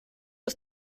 bis